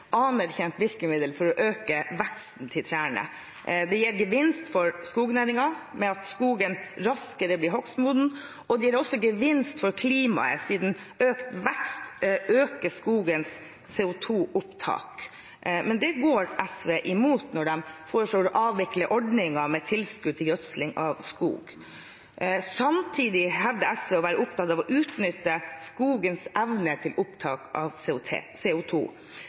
anerkjent virkemiddel for å øke veksten til trærne. Det gir gevinst for skognæringen, ved at skogen raskere blir hogstmoden, og det gir også gevinst for klimaet, siden økt vekst øker skogens CO2-opptak. Men dette går SV imot når de foreslår å avvikle ordningen med tilskudd til gjødsling av skog. Samtidig hevder SV å være opptatt av å utnytte skogens evne til opptak av